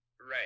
Right